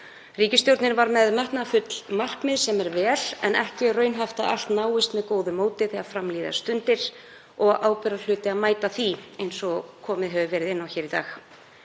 Ríkisstjórnin var með metnaðarfull markmið sem er vel, en ekki er raunhæft að allt náist með góðu móti þegar fram líða stundir og ábyrgðarhluti að mæta því eins og komið hefur verið inn á hér í dag.